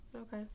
Okay